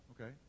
okay